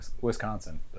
Wisconsin